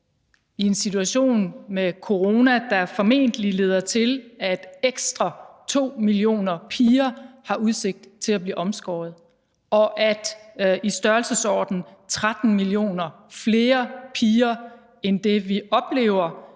i en situation med corona, der formentlig leder til, at ekstra 2 millioner piger har udsigt til at blive omskåret, og at i størrelsesordenen 13 millioner flere piger end det, vi oplever